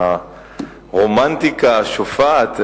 הרומנטיקה השופעת.